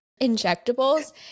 injectables